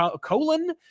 colon